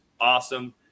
awesome